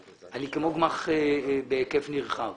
אני כמו גמ"ח בהיקף נרחב